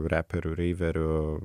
reperių reiverių